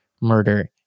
murder